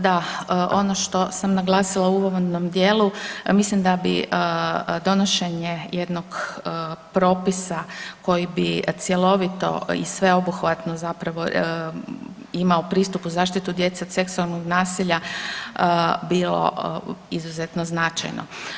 Da, ono što sam naglasila u uvodnom dijelu mislim da bi donošenje jednog propisa koji bi cjelovito i sveobuhvatno imao pristup u zaštitu djece od seksualnog nasilja bilo izuzetno značajno.